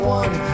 one